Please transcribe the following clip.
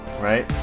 right